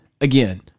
again